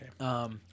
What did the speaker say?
Okay